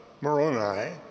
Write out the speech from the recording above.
Moroni